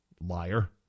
liar